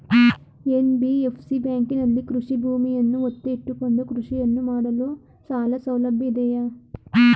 NBFC ಬ್ಯಾಂಕಿನಲ್ಲಿ ಕೃಷಿ ಭೂಮಿಯನ್ನು ಒತ್ತೆ ಇಟ್ಟುಕೊಂಡು ಕೃಷಿಯನ್ನು ಮಾಡಲು ಸಾಲಸೌಲಭ್ಯ ಇದೆಯಾ?